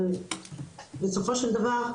אבל בסופו של דבר,